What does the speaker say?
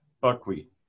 buckwheat